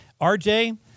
RJ